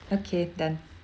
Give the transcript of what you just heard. okay done